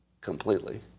Completely